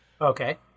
Okay